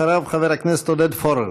אחריו, חבר הכנסת עודד פורר.